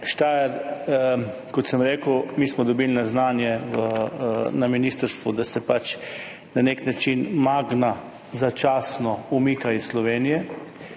Steyr, kot sem rekel, smo mi dobili na znanje na ministrstvu, da se na nek način Magna začasno umika iz Slovenije.